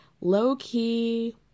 low-key